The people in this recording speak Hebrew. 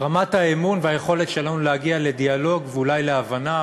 רמת האמון והיכולת שלנו להגיע לדיאלוג ואולי להבנה,